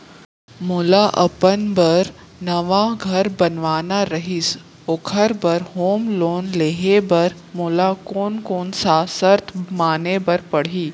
मोला अपन बर नवा घर बनवाना रहिस ओखर बर होम लोन लेहे बर मोला कोन कोन सा शर्त माने बर पड़ही?